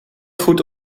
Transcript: goed